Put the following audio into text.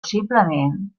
simplement